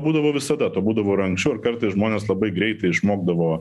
būdavo visada to būdavo ir anksčiau ir kartais žmonės labai greitai išmokdavo